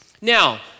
Now